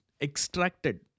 extracted